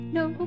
no